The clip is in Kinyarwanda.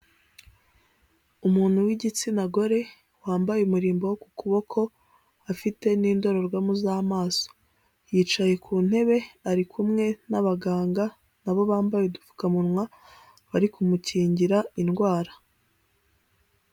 Umuntu w'igitsina gore, wambaye umurimbo wo ku kuboko, afite n'indorerwamo z'amaso. Yicaye ku ntebe, ari kumwe n'abaganga na bo bambaye udupfukamunwa, bari kumukingira indwara.